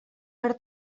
fer